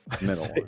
middle